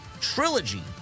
trilogy